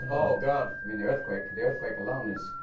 oh god. i mean the earthquake the earthquake alone is